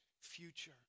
future